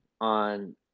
on